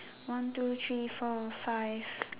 one two three four five